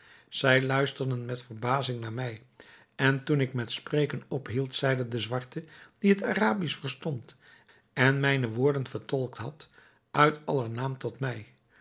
zij luisterden met verbazing naar mij en toen ik met spreken ophield zeide de zwarte die het arabisch verstond en mijne woorden vertolkt had uit aller naam tot mij